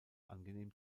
angenehm